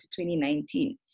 2019